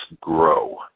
grow